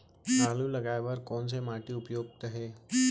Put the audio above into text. आलू लगाय बर कोन से माटी उपयुक्त हे?